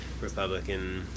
Republican